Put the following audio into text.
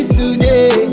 today